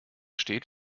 steht